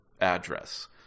address